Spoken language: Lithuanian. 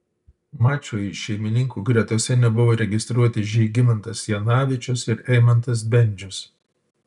mačui šeimininkų gretose nebuvo registruoti žygimantas janavičius ir eimantas bendžius